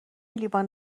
لیوان